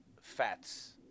fats